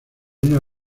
una